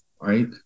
right